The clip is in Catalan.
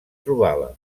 trobava